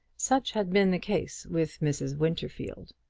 such had been the case with mrs. winterfield.